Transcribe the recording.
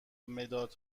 مداد